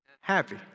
happy